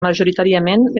majoritàriament